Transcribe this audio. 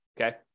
Okay